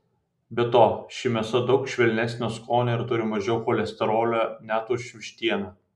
be to ši mėsa daug švelnesnio skonio ir turi mažiau cholesterolio net už vištieną